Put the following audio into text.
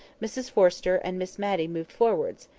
mrs forrester and miss matty moved forwards,